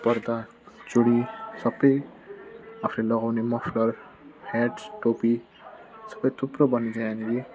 पर्दा चुन्नी सबै आफूले लगाउने मफलर ह्याट्स टोपी सबै थुप्रो बनिन्छ यहाँनिर